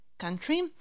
country